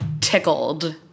Tickled